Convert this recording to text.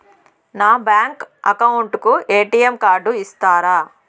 నా bank account కు ATM card ఇస్తారా